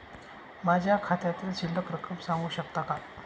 माझ्या खात्यातील शिल्लक रक्कम सांगू शकता का?